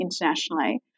internationally